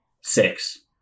six